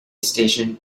station